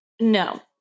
No